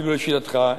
אפילו לשאלתך,